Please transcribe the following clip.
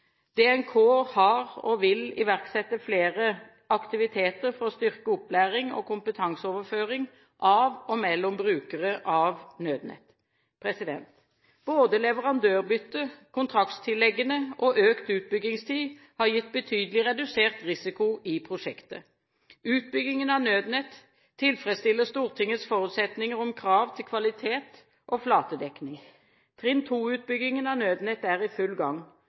DNK har iverksatt og vil iverksette flere aktiviteter for å styrke opplæring og kompetanseoverføring av og mellom brukere av Nødnett. Både leverandørbyttet, kontraktstilleggene og økt utbyggingstid har gitt betydelig redusert risiko i prosjektet. Utbyggingen av Nødnett tilfredsstiller Stortingets forutsetninger om krav til kvalitet og flatedekning. Trinn 2-utbyggingen av Nødnett er i full gang.